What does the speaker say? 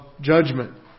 judgment